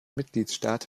mitgliedstaat